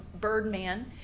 Birdman